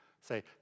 Say